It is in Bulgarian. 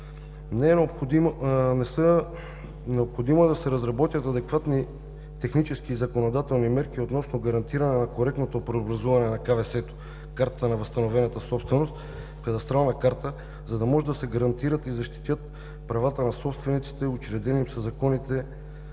Необходимо е да се разработят адекватни технически и законодателни мерки относно гарантиране на коректното преобразуване на КВС – Картата на възстановената собственост, кадастрална карта, за да може да се гарантират и защитят правата на собствениците, учредени със законите,